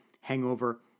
hangover